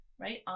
right